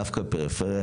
דווקא בפריפריה,